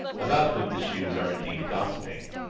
about whom the shoes are indeed gossiping.